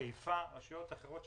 חיפה ורשויות אחרות,